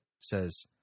says